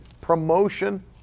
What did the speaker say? promotion